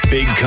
Big